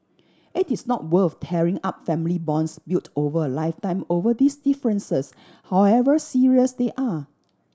it is not worth tearing up family bonds built over a lifetime over these differences however serious they are